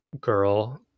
girl